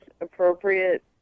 appropriate